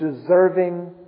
deserving